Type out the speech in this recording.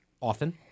Often